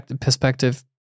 perspective